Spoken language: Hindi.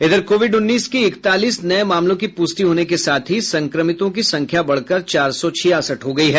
इधर कोविड उन्नीस के इकतालीस नये मामलों की प्रष्टि होने के साथ ही संक्रमितों की संख्या बढ़कर चार सौ छियासठ हो गयी है